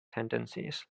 tendencies